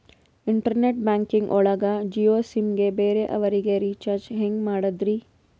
Internet banking ಒಳಗ Jio sim ಗೆ ಬೇರೆ ಅವರಿಗೆ ರೀಚಾರ್ಜ್ ಹೆಂಗ್ ಮಾಡಿದ್ರಿ?